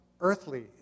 earthly